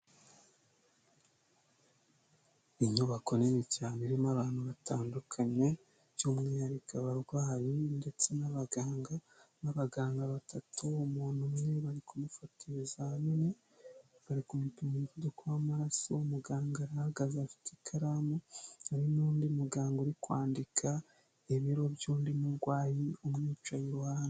Inyubako nini cyane irimo abantu batandukanye by'umwihariko abarwayi ndetse n'abaganga, n'abaganga batatu umuntu umwe bari kumufata ibizamini bari ku mupima umuvuduko w'amaraso. Muganga arahagaze afite ikaramu hari n'undi muganga uri kwandika ibiro by'undi murwayi umwicaye iruhande.